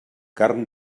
carn